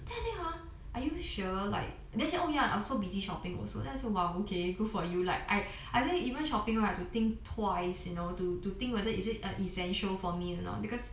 then I say !huh! are you sure like then she said oh ya also busy shopping also then I say !wow! okay good for you like I I say even shopping right I have to think twice you know to to think whether is it a essential for me or not because